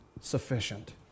sufficient